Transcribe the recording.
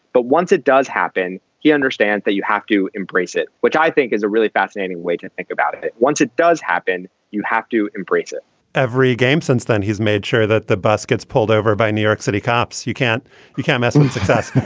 but once it does happen, he understands that you have to embrace it, which i think is a really fascinating way to think about it it once it does happen. you have to embrace it every game since then, he's made sure that the bus gets pulled over by new york city cops you can't you can't mess with success.